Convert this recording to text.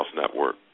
Network